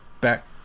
back